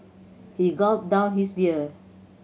he gulped down his beer